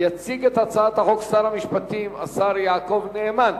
יציג את הצעת החוק שר המשפטים, השר יעקב נאמן.